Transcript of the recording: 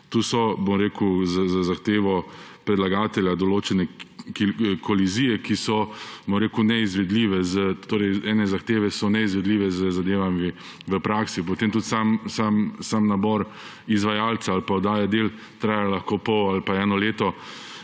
Tu so, bom rekel, z zahtevo predlagatelja določene kolizije, ki so neizvedljive; torej ene zahteve so neizvedljive z zadevami v praksi. Potem tudi sam nabor izvajalca ali pa oddaje del traja lahko pol ali eno leto